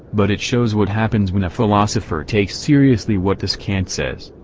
but it shows what happens when a philosopher takes seriously what this kant says.